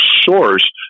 source